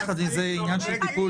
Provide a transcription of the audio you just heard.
והתבקשה גם התייחסות לדחיפות